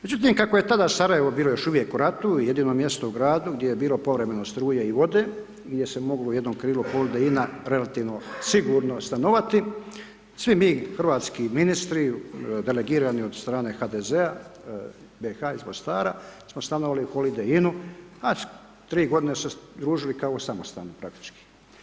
Međutim, kako je tada Sarajevo bilo još uvijek u ratu, jedino mjesto u gradu gdje je bilo povremeno struje i vode, gdje se moglo u jednom krilu Holiday Inn-a relativno sigurno stanovati, svi mi hrvatski ministri delegirani od strane HDZ-a BiH iz Mostara, smo stanovali u Holiday Inn-u, a tri godine se družili kao u samostanu praktički.